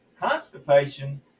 constipation